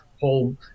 whole